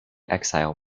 exile